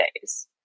days